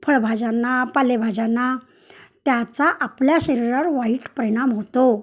फळभाजांना पालेभाजांना त्याचा आपल्या शरीरावर वाईट परिणाम होतो